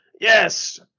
yes